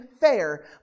fair